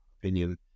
opinion